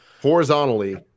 horizontally